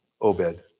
Obed